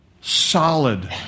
solid